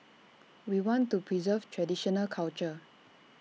we want to preserve traditional culture